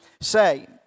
say